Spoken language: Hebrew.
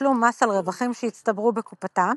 בתשלום מס על רווחים שהצטברו בקופתה ולא ולא חולקו כדיבידנד לבעליה,